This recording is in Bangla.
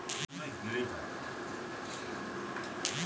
দেশের কোনো এক বিশেষ শহর দেশের ফিনান্সিয়াল ক্যাপিটাল হয়